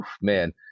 man